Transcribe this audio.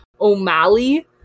O'Malley